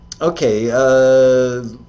Okay